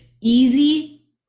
easy